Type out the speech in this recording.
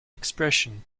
expression